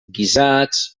guisats